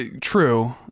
true